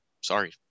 Sorry